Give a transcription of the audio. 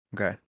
Okay